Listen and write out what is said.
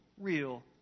real